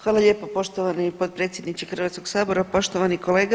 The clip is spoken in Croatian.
Hvala lijepo poštovani potpredsjedniče Hrvatskog sabora, poštovani kolega.